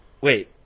Wait